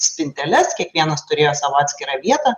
spinteles kiekvienas turėjo savo atskirą vietą